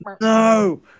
No